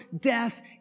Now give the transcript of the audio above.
death